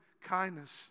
kindness